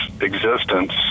existence